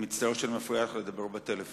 אני מצטער שאני מפריע לך לדבר בטלפון.